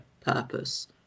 purpose